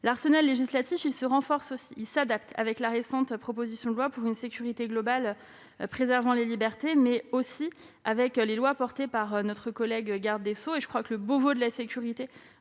L'arsenal législatif se renforce et s'adapte, avec la récente proposition de loi pour une sécurité globale préservant les libertés, mais aussi avec les lois portées par mon collègue garde des sceaux. Le Beauvau de la sécurité